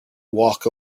walk